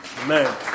Amen